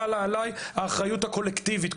חלה עליי האחריות הקולקטיבית.